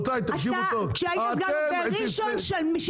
כשהיית סגן בראשון,